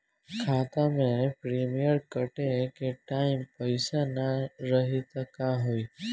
खाता मे प्रीमियम कटे के टाइम पैसा ना रही त का होई?